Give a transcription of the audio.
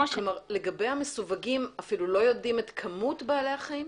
כלומר לגבי המסווגים אפילו לא יודעים את כמות בעלי החיים,